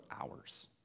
hours